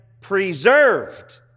preserved